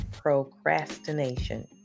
procrastination